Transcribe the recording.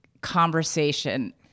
conversation